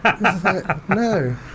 No